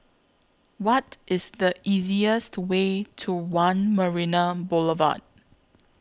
What IS The easiest Way to one Marina Boulevard